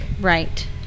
Right